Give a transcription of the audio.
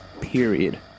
period